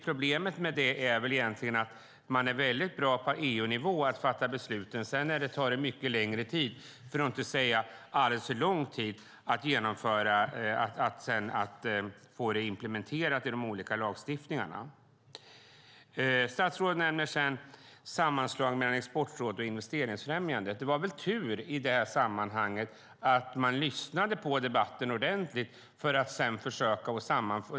Problemet med det är egentligen att man på EU-nivå är mycket bra på att fatta besluten. Sedan tar det mycket längre tid, för att inte säga alldeles för lång tid, att få dessa saker implementerade i de olika lagstiftningarna. Statsrådet nämnde sammanslagningen av Exportrådet och Invest Sweden. Det var tur i detta sammanhang att man lyssnade ordentligt på debatten.